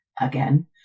again